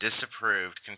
disapproved